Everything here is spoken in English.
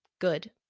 good